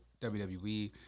wwe